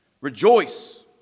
rejoice